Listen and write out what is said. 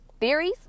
theories